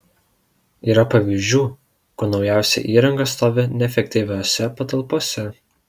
yra pavyzdžių kur naujausia įranga stovi neefektyviose patalpose